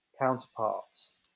counterparts